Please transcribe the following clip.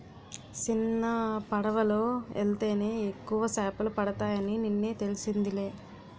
సిన్నపడవలో యెల్తేనే ఎక్కువ సేపలు పడతాయని నిన్నే తెలిసిందిలే